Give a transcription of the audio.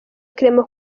clement